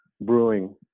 brewing